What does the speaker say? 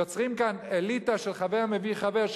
יוצרים כאן אליטה של חבר מביא חבר,